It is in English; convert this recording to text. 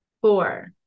four